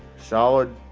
solid.